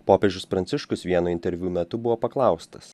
popiežius pranciškus vieno interviu metu buvo paklaustas